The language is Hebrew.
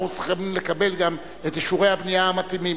אנחנו חייבים לקבל גם את אישורי הבנייה המתאימים,